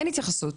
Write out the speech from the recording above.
אני חושבת